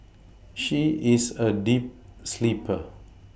she is a deep sleeper